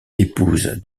épouse